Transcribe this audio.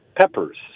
peppers